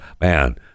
man